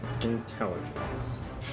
intelligence